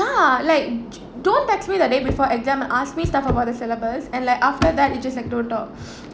~a like don't text me the day before exam ask me stuff about the syllabus and like after that you just like don't talk